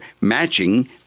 matching